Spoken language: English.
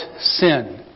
sin